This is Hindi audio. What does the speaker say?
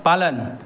पालन